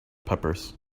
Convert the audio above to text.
peppers